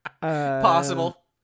Possible